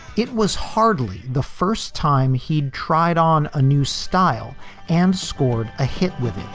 it was hardly the first time he'd tried on a new style and scored a hit with it.